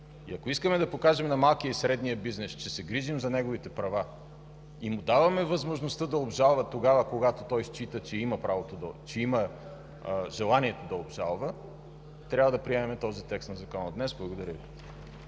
Ако искаме да покажем на малкия и средния бизнес, че се грижим за неговите права, и му даваме възможността да обжалва тогава, когато той счита, че има желанието да обжалва, трябва да приемем този текст на Закона днес. Благодаря Ви.